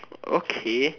okay